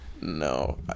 No